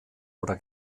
oder